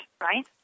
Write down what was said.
right